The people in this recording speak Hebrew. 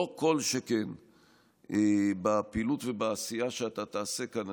כל שכן בפעילות ובעשייה שאתה תעשה כאן,